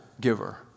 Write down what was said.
giver